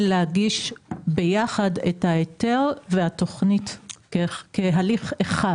להגיש ביחד את ההיתר והתוכנית כהליך אחד.